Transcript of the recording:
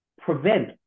prevent